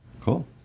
Cool